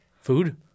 food